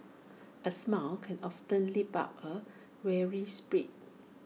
A smile can often lift up A weary spirit